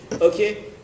Okay